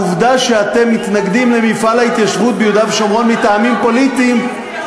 העובדה שאתם מתנגדים למפעל ההתיישבות ביהודה ושומרון מטעמים פוליטיים,